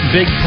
Big